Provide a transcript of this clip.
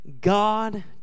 God